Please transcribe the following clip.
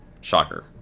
Shocker